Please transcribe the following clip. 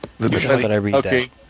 Okay